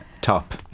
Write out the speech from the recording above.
Top